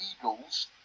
eagles